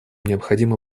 необходимо